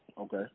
Okay